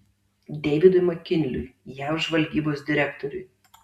deividui makinliui jav žvalgybos direktoriui